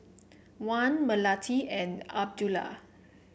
Wan Melati and Abdullah